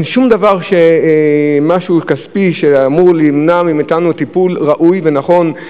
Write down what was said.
אין שום דבר כספי שאמור למנוע מאתנו טיפול ראוי ונכון.